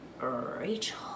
Rachel